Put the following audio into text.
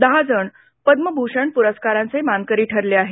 दहा जण पद्मभूषण पुरस्कारांचे मानकरी ठरले आहेत